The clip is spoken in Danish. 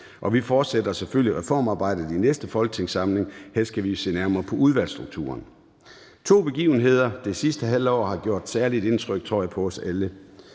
Vi fortsætter selvfølgelig reformarbejdet i næste folketingssamling. Her skal vi se nærmere på udvalgsstrukturen. To begivenheder det sidste halve år har gjort særlig indtryk, tror jeg,